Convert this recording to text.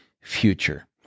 future